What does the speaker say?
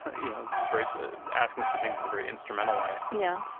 ah yeah versus asking for things in a very instrumental way, yeah,